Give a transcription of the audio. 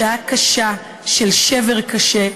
שעה קשה של שבר קשה,